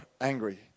angry